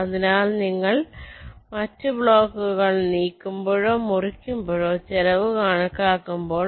അതിനാൽ നിങ്ങൾ മറ്റ് ബ്ലോക്കുകൾ നീക്കുമ്പോഴോ മുറിക്കുമ്പോഴോ ചെലവ് കണക്കാക്കുമ്പോൾ